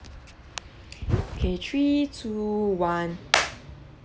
K three two one